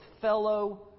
fellow